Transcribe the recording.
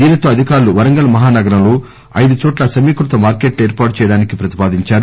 దీనితో అధికారులు వరంగల్ మహా నగరంలో ఐదు చోట్ల సమీకృత మార్కెట్లు ఏర్పాటు చేయడానికి ప్రతిపాదించారు